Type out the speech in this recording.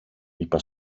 είπα